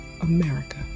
America